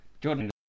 Jordan